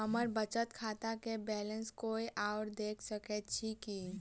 हम्मर बचत खाता केँ बैलेंस कोय आओर देख सकैत अछि की